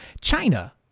China